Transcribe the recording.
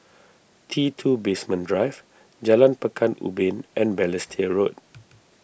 T two Basement Drive Jalan Pekan Ubin and Balestier Road